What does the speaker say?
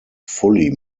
fully